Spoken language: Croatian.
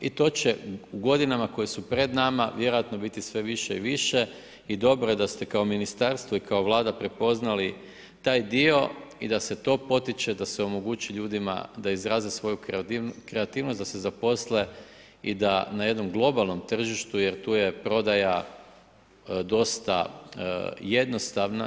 I to će u godinama koje su pred nama, vjerojatno biti sve više i više i dobro je da ste kao ministarstvo i kao vlada prepoznali taj dio i da se to potiče, da se omogući ljudima da izraze svoju kreativnost, da se zaposle i da na jednom globalnom tržištu, jer tu je prodaja dosta jednostavna.